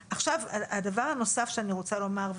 הדבר הנוסף שאני רוצה לומר,